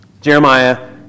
Jeremiah